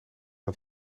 het